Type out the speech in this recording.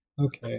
Okay